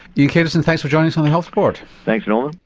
ian caterson, thanks for joining us on the health report. thanks norman.